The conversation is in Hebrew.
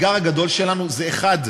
ושוב,